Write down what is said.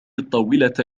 الطاولة